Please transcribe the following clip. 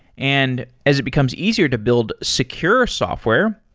and as it becomes easier to build secure software,